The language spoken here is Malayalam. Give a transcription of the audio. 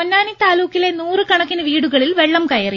പൊന്നാനി താലൂക്കിലെ നൂറുകണക്കിന് വീടുകളിൽ വെള്ളം കയറി